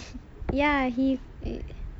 ya he